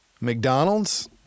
McDonald's